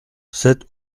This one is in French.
sept